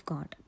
God